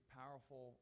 powerful